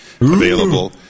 available